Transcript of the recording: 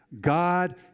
God